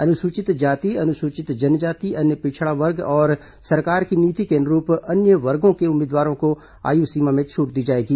अनुसूचित जाति अनुसूचित जनजाति अन्य पिछड़ा वर्ग और सरकार की नीति के अनुरूप अन्य वर्गों के उम्मीदवारों को आयु सीमा में छूट दी जाएगी